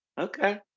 Okay